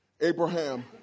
Abraham